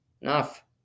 Enough